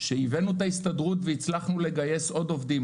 שהבאנו את ההסתדרות והצלחנו לגייס עוד עובדים,